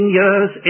years